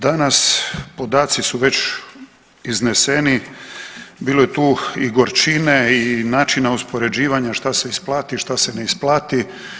Danas podaci su već izneseni, bilo je tu i gorčine i načina uspoređivanja šta se isplati, šta se ne isplati.